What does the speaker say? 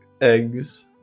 eggs